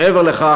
מעבר לכך,